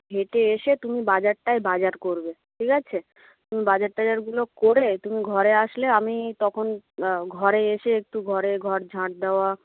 হেঁটে এসে তুমি বাজারটায় বাজার করবে ঠিক আছে তুমি বাজার টাজারগুলো করে তুমি ঘরে আসলে আমি তখন ঘরে এসে একটু ঘরে ঘর ঝাঁট দেওয়া